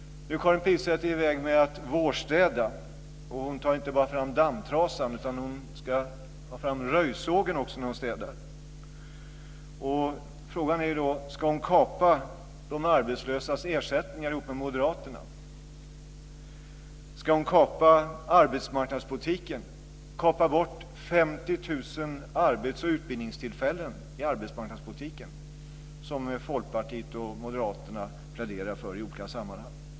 Nu är Karin Pilsäter i färd med att vårstäda, och hon tar inte bara fram dammtrasan, utan hon tar också fram röjsågen när hon städar. Frågan är då om hon ska kapa de arbetslösas ersättningar tillsammans med Folkpartiet och Moderaterna pläderar för i olika sammanhang?